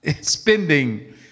spending